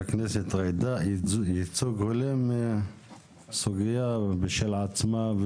ייצוג הולם זו סוגייה בפני עצמה,